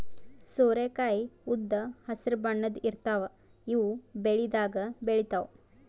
ಸೋರೆಕಾಯಿ ಉದ್ದ್ ಹಸ್ರ್ ಬಣ್ಣದ್ ಇರ್ತಾವ ಇವ್ ಬೆಳಿದಾಗ್ ಬೆಳಿತಾವ್